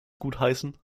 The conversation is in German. gutheißen